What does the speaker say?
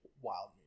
Wild